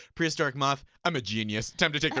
prehistoric moth, i'm a genius. time to take the